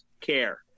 care